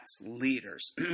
leaders